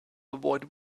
avoid